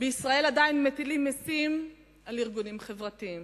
עדיין מטילים מסים על ארגונים חברתיים,